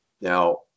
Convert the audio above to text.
Now